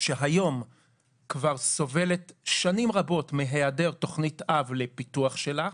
שהיום כבר סובלת שנים רבות מהיעדר תוכנית אב לפיתוח שלה.